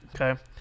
okay